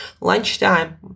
lunchtime